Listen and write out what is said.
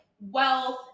wealth